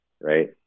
right